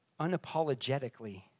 unapologetically